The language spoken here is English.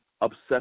obsessed